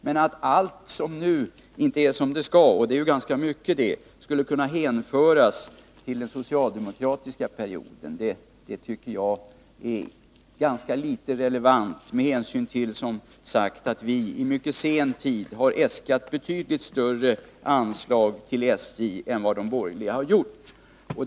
Men att allt som nu inte är som det skall — det är ju ganska mycket det — skulle hänföras till den socialdemokratiska perioden tycker jag är ett felaktigt påstående, med hänsyn till att vi i mycket sen tid äskat betydligt större anslag till SJ än de borgerliga har gjort.